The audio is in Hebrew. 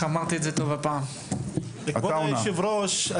כבוד היושב ראש,